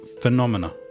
phenomena